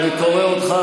אני לא מציע,